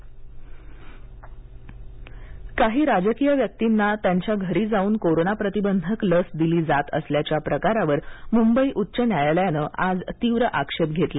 मंबई उच्च न्यायालय काही राजकीय व्यक्तींना त्यांच्या घरी जाऊन कोरोना प्रतिबंधक लस दिली जात असल्याच्या प्रकारावर मुंबई उच्च न्यायालयाने आज तीव्र आक्षेप घेतला